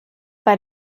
bei